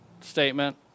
statement